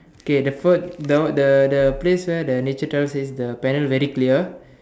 okay the first the the the place where the nature trails is the banner very clear